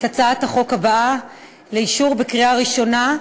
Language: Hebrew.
את הצעת החוק הבאה לאישור בקריאה ראשונה,